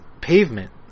pavement